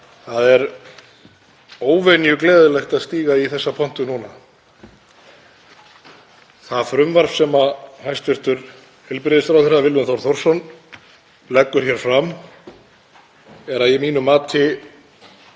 Það eru óvenju gleðilegt að stíga í þessa pontu núna. Það frumvarp sem hæstv. heilbrigðisráðherra Willum Þór Þórsson leggur hér fram er að mínu mati